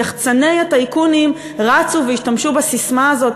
יחצני הטייקונים רצו והשתמשו בססמה הזאת